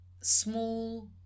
small